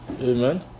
Amen